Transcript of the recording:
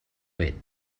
vent